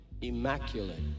immaculate